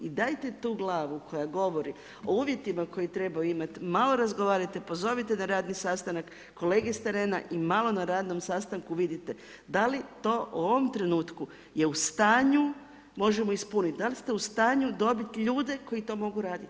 I dajte tu glavu koja govori o uvjetima koje treba imati, malo razgovarajte, pozovite na radni sastanak, kolege s terena i malo na radnom sastanku vidite, da li to u ovom trenutku je u stanju možemo ispuniti, da li smo u stanju dobiti ljude koji to mogu raditi?